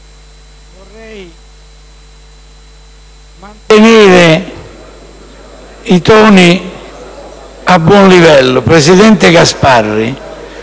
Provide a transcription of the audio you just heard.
vorrei mantenere i toni su un buon livello. Presidente Gasparri,